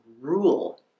rule